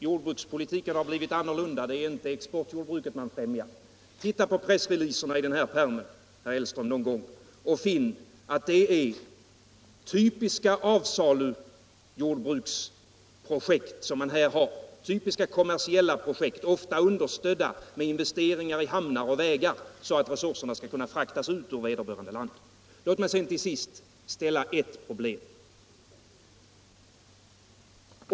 Jordbrukspolitiken har blivit annorlunda, det är inte exportjordbruken man främjar, säger herr Hellström. Titta på pressklippen i den här pärmen, herr Hellström, och finn att det är typiska avsalujordbruksprojekt man har här. Det är typiska kommersiella projekt, ofta understödda med investeringar i hamnar och vägar så att resurserna skall kunna fraktas ut ur vederbörande land. Låt mig sedan till sist ställa en fråga.